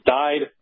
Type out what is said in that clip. died